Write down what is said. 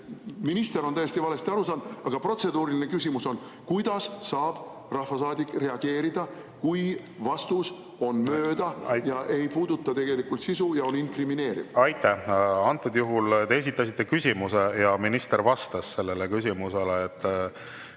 minister on täiesti valesti aru saanud. Aga protseduuriline küsimus on: kuidas saab rahvasaadik reageerida, kui vastus on mööda ja ei puuduta tegelikult sisu ja on inkrimineeriv? Aitäh! Antud juhul te esitasite küsimuse ja minister vastas sellele küsimusele.